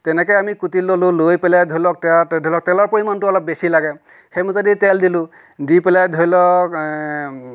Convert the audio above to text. তেনেকৈ আমি কুটি ললোঁ লৈ পেলাই ধৰি লওক ধৰি লওক তেলৰ পৰিমাণটো অলপ বেছি লাগে সেই মতেদি তেল দিলোঁ দি পেলাই ধৰি লওক